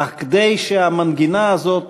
אך כדי שהמנגינה הזו תמשיך,